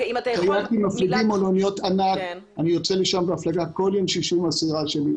אני יוצא לשם בהפלגה כל יום שישי עם הסירה שלי,